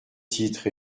titre